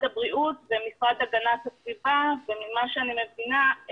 הבריאות ומשרד הגנת הסביבה וממה שאני מבינה,